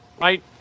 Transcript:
right